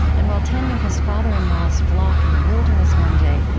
and while tending his father in law's flock in the wilderness one day,